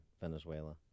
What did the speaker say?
Venezuela